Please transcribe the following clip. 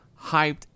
hyped